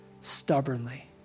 stubbornly